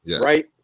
right